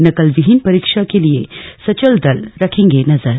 नकल विहीन परीक्षा के लिए सचल दल रखेंगे नजर